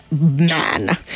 man